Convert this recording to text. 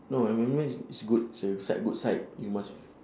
no iron man is is good so you side good side you must